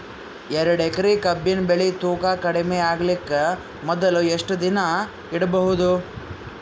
ಎರಡೇಕರಿ ಕಬ್ಬಿನ್ ಬೆಳಿ ತೂಕ ಕಡಿಮೆ ಆಗಲಿಕ ಮೊದಲು ಎಷ್ಟ ದಿನ ಇಡಬಹುದು?